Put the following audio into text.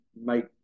make